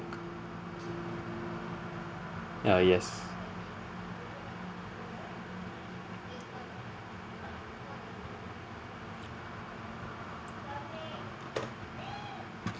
ya yes